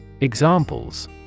Examples